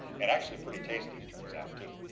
and actually pretty tasty, it turns out too.